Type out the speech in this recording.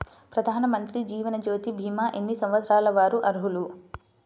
ప్రధానమంత్రి జీవనజ్యోతి భీమా ఎన్ని సంవత్సరాల వారు అర్హులు?